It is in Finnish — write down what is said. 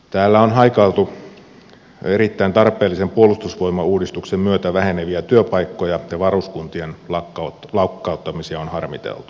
täällä on haikailtu erittäin tarpeellisen puolustusvoimauudistuksen myötä väheneviä työpaikkoja ja varuskuntien lakkauttamisia on harmiteltu